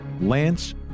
Lance